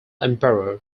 emperor